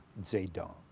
Zedong